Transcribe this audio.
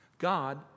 God